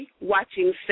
Watching